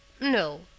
no